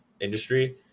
industry